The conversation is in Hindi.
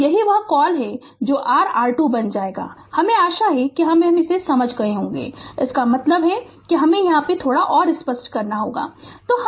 तो यही वह कॉल है जो r R2 बन जाएगा हमे आशा है कि हम इसे समझ गए है इसका मतलब है मुझे इसे सपष्ट करने दें